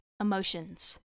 emotions